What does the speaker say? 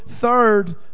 third